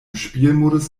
spielmodus